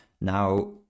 Now